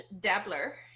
Dabbler